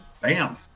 Bam